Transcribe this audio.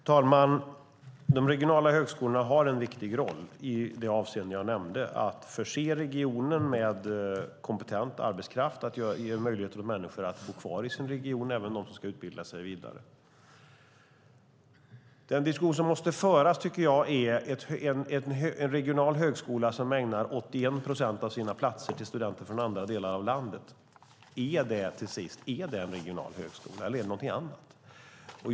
Fru talman! De regionala högskolorna har en viktig roll i de avseenden jag nämnde, nämligen att förse regionen med kompetent arbetskraft och ge människor möjlighet att bo kvar i sin region även när de ska utbilda sig vidare. En fråga som jag tycker måste ställas är: Är en regional högskola som ägnar 81 procent av sina platser till studenter från andra delar av landet verkligen en regional högskola, eller är det någonting annat?